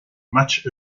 much